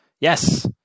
yes